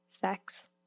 Sex